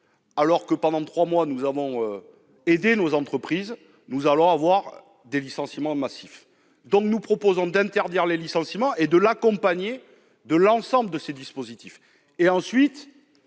alors que, pendant trois mois, nous avons aidé nos entreprises, nous allons avoir des licenciements massifs. Nous proposons donc d'interdire les licenciements et d'accompagner cette interdiction de l'ensemble de ces dispositifs. Ensuite,